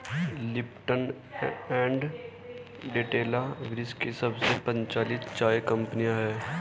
Lipton and Tetley विश्व की सबसे प्रचलित चाय कंपनियां है